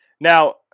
Now